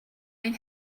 ein